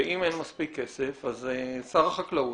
ואם אין מספיק כסף אז שר החקלאות,